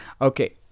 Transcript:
Okay